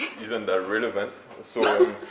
isn't that relevant, so